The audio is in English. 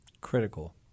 critical